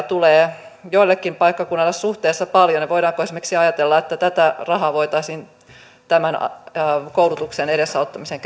tulee joillekin paikkakunnille suhteessa paljon voidaanko esimerkiksi ajatella että tätä rahaa voitaisiin tämän koulutuksen edesauttamiseen